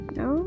no